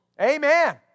Amen